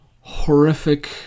horrific